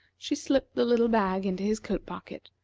she slipped the little bag into his coat-pocket,